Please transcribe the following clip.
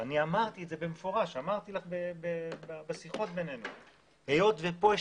אני אמרתי במפורש בשיחות ביני לבין יושבת-ראש הוועדה שהיות ופה יש